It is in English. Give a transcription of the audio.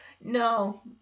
no